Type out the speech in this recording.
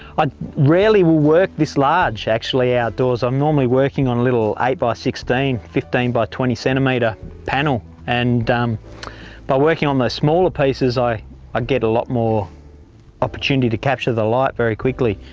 i rarely will work this large actually outdoors. i normally working on little eight by sixteen, fifteen by twenty centimetre panel. and um by working on the smaller pieces, i ah get a lot more opportunity to capture the light very quickly.